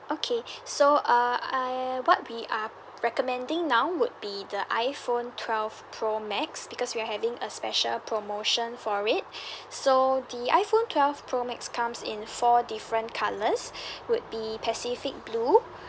okay so uh I what we are recommending now would be the iphone twelve pro max because we are having a special promotion for it so the iphone twelve pro max comes in four different colours would be pacific blue